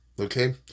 Okay